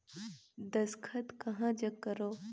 दस्खत कहा जग करो?